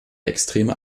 extreme